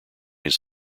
his